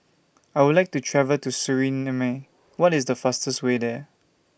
I Would like to travel to Suriname What IS The fastest Way There